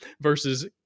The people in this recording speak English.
versus